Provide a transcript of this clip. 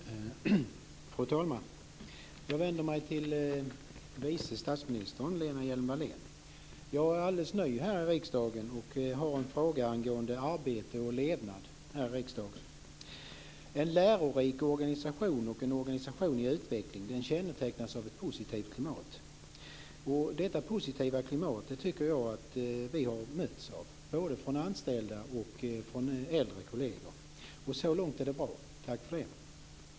Fru talman! Jag vänder mig till vice statsminister Jag är alldeles ny här i riksdagen och har en fråga angående arbete och levnad. En lärorik organisation och en organisation i utveckling kännetecknas av ett positivt klimat. Detta positiva klimat har jag mötts av, både från anställda och från äldre kolleger. Så långt är det bra, tack för det.